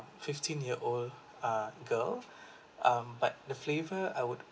fifteen year old uh girl um but the flavor I would